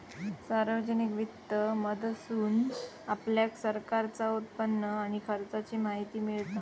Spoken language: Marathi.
सार्वजनिक वित्त मधसून आपल्याक सरकारचा उत्पन्न आणि खर्चाची माहिती मिळता